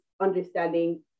understanding